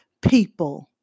people